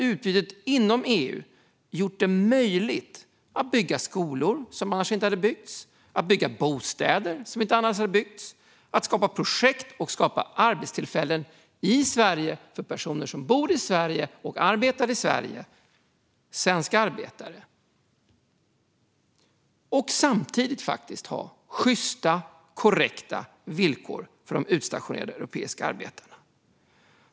Utbytet inom EU har gjort det möjligt att bygga skolor, som annars inte skulle ha byggts, att bygga bostäder, som annars inte skulle ha byggts, och att skapa projekt och arbetstillfällen i Sverige för personer som bor och arbetar i Sverige - svenska arbetare - samtidigt som man har sjysta och korrekta villkor för de utstationerade europeiska arbetarna.